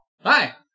Hi